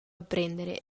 apprendere